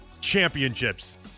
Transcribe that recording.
championships